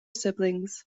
siblings